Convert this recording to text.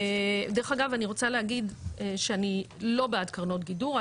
דרך אגב אני רוצה להגיד שאני לא בעד קרנות גידור,